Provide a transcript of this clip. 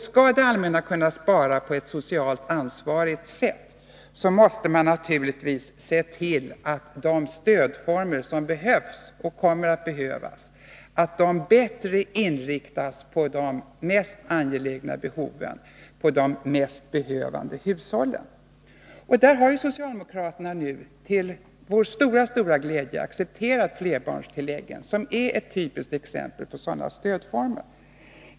Skall det allmänna kunna spara på ett socialt ansvarigt sätt, måste man naturligtvis se till att de stöd som behövs och kommer att behövas bättre inriktas på de mest angelägna behoven, på de mest behövande hushållen. Där har socialdemokraterna nu, till vår stora glädje, accepterat flerbarnstillägget, som är ett typiskt exempel på en sådan stödform.